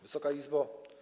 Wysoka Izbo!